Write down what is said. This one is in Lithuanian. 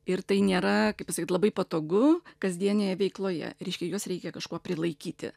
ir tai nėra kaip pasakyt labai patogu kasdienėje veikloje reiškia juos reikia kažkuo prilaikyti